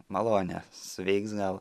malonė suveiks gal